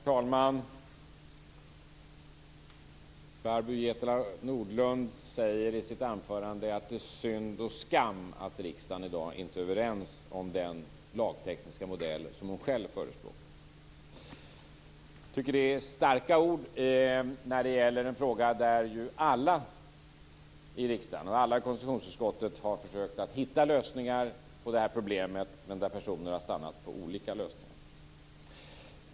Herr talman! Barbro Hietala Nordlund säger i sitt anförande att det är synd och skam att riksdagen i dag inte är överens om den lagtekniska modell som hon själv förespråkar. Jag tycker att det är starka ord när det gäller en fråga där ju alla i konstitutionsutskottet har försökt att hitta lösningar på problemet men där personer har stannat vid olika lösningar.